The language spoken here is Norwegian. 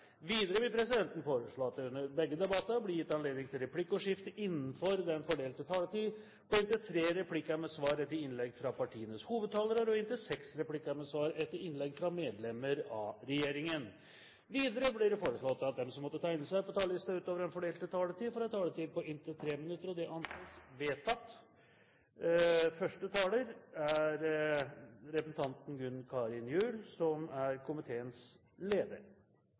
Videre vil presidenten foreslå at det under begge debatter blir gitt anledning til replikkordskifte på inntil tre replikker med svar etter innlegg fra partienes hovedtalere og inntil seks replikker med svar etter innlegg fra medlemmer av regjeringen innenfor den fordelte taletid. Videre blir det foreslått at de som måtte tegne seg på talerlisten utover den fordelte taletid, får en taletid på inntil 3 minutter. – Det anses vedtatt.